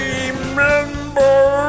Remember